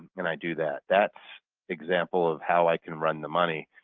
and i do that. that's example of how i can run the money.